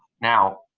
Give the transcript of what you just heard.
now,